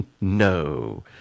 no